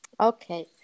Okay